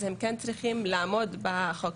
אז הם כן צריכים לעמוד בחוק.